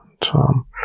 Tom